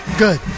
Good